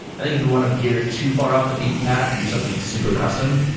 i think if you want to veer too far off the beaten path and do something super custom,